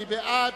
מי בעד,